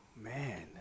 Man